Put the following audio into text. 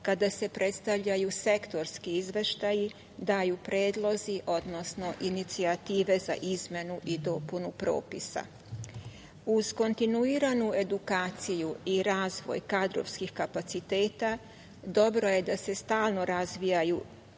kada se predstavljaju sektorski izveštaju, daju predlozi, odnosno inicijative za izmenu i dopunu propisa. Uz kontinuiranu edukaciju i razvoj kadrovskih kapaciteta dobro je da se stalno razvijaju